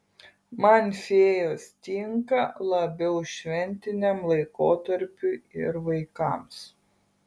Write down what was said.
man fėjos tinka labiau šventiniam laikotarpiui ir vaikams